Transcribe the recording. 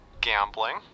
Gambling